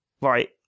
Right